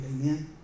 Amen